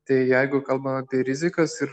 tai jeigu kalbam apie rizikas ir